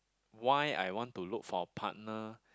why I want to look for a partner